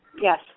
Yes